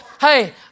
hey